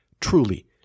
truly